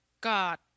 God